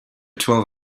twelve